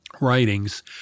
writings